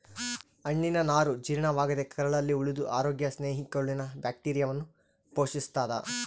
ಹಣ್ಣಿನನಾರು ಜೀರ್ಣವಾಗದೇ ಕರಳಲ್ಲಿ ಉಳಿದು ಅರೋಗ್ಯ ಸ್ನೇಹಿ ಕರುಳಿನ ಬ್ಯಾಕ್ಟೀರಿಯಾವನ್ನು ಪೋಶಿಸ್ತಾದ